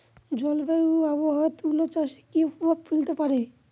জলবায়ু ও আবহাওয়া তুলা চাষে কি প্রভাব ফেলতে পারে?